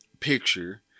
picture